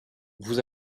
vous